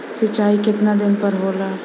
सिंचाई केतना दिन पर होला?